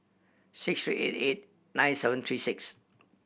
six three eight eight nine seven three six